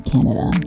Canada